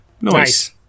Nice